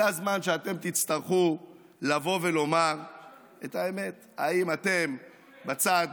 זה הזמן שאתם תצטרכו לבוא ולומר את האמת: האם אתם בצד